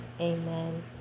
amen